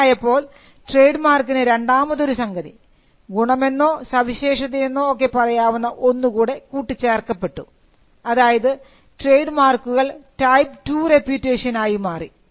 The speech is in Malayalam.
അങ്ങനെ ആയപ്പോൾ ട്രേഡ് മാർക്കിന് രണ്ടാമതൊരു സംഗതി ഗുണമെന്നോ സവിശേഷതയെന്നോ ഒക്കെ പറയാവുന്ന ഒന്നുകൂടെ കൂട്ടിച്ചേർക്കപ്പെട്ടു അതായത് ട്രേഡ് മാർക്കുകൾ ടൈപ്പ് 2 റെപ്യൂട്ടേഷൻ ആയി മാറി